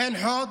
עין חוד,